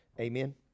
Amen